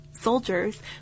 soldiers